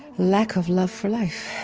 lack of love for life.